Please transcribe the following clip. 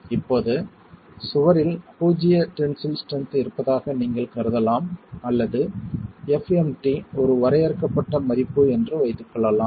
இப்போது சுவரில் பூஜ்ஜிய டென்சில் ஸ்ட்ரென்த் இருப்பதாக நீங்கள் கருதலாம் அல்லது fmt ஒரு வரையறுக்கப்பட்ட மதிப்பு என்று வைத்துக் கொள்ளலாம்